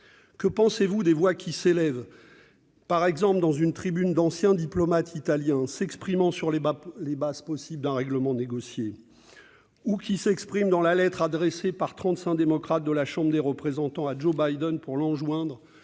Que pensez-vous des voix qui s'élèvent, dans une tribune d'anciens diplomates italiens, s'exprimant sur les bases possibles d'un règlement négocié, ou dans la lettre adressée par 35 démocrates de la Chambre des représentants à Joe Biden pour lui enjoindre